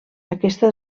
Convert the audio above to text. aquesta